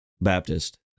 Baptist